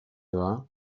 doa